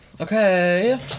Okay